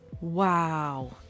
Wow